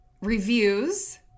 reviews